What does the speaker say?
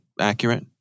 Accurate